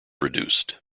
reduced